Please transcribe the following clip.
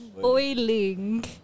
Boiling